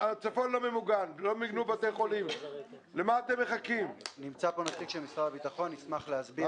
מחצית מרמת הגולן לא ממוגנת כי רוב הבנייה שם היא ישנה.